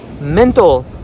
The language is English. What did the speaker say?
Mental